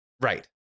right